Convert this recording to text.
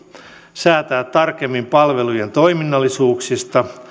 säätää tarkemmin palvelujen toiminnallisuuksista